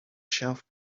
shelf